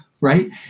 right